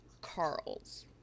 Carl's